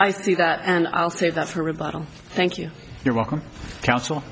i see that and i'll save that for rebuttal thank you you're welcome counsel